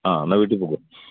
ആ എന്നാല് വീട്ടില് പൊയ്ക്കോ